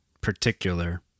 particular